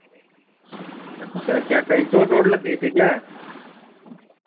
अच्छा क्या कहीं चोट ओट लग गई थी क्या